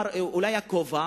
הבגדדי אמר: אולי הכובע?